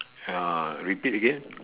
ah repeat again